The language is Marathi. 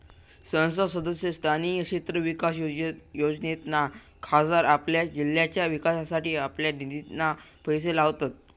संसद सदस्य स्थानीय क्षेत्र विकास योजनेतना खासदार आपल्या जिल्ह्याच्या विकासासाठी आपल्या निधितना पैशे लावतत